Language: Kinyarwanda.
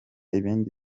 ibindi